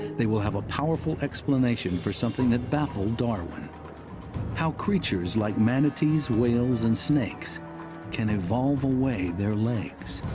they will have a powerful explanation for something that baffled darwin how creatures like manatees, whales and snakes can evolve away their legs.